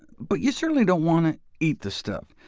but you certainly don't want to eat the stuff.